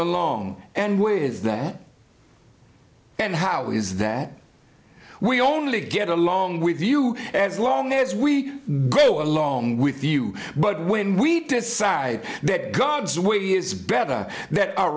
along and wisdom and how is that we only get along with you as long as we go along with you but when we decide that god's way is better that our